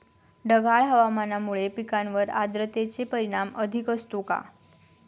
ढगाळ हवामानामुळे पिकांवर आर्द्रतेचे परिणाम अधिक असतो का?